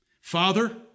Father